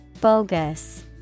Bogus